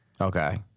Okay